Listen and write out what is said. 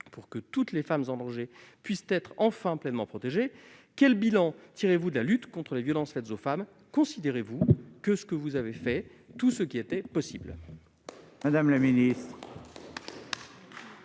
pour que toutes les femmes en danger puissent enfin être pleinement protégées ? Quel bilan tirez-vous de la lutte contre les violences faites aux femmes ? Considérez-vous avoir fait tout ce qui était possible